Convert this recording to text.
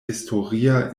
historia